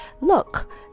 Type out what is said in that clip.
Look